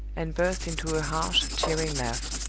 and burst into a harsh, jeering laugh.